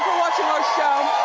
watching our show.